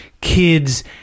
kids